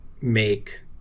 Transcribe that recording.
make